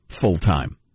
full-time